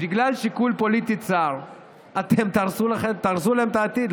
בגלל שיקול פוליטי צר אתם תהרסו להם את העתיד.